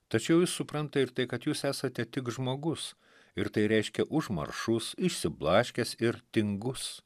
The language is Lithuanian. tačiau jis supranta ir tai kad jūs esate tik žmogus ir tai reiškia užmaršus išsiblaškęs ir tingus